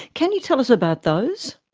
can you tell us about those?